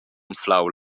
anflau